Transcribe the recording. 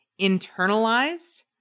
internalized